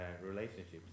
relationships